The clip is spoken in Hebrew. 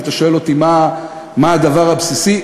אתה שואל אותי מה הדבר הבסיסי?